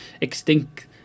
extinct